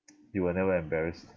you were never embarrassed